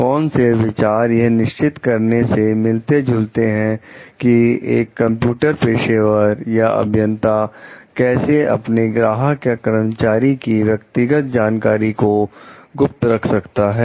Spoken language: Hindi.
कौन से विचार यह निश्चित करने में मिलते जुलते हैं की एक कंप्यूटर पेशेवर या अभियंता कैसे अपने ग्राहक या कर्मचारी की व्यक्तिगत जानकारी को वह गुप्त रख सकता है